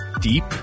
deep